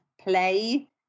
play